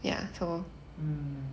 mm